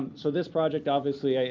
so this project, obviously,